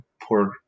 poor